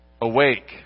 awake